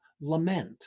lament